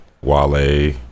wale